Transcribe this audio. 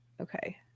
Okay